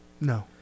No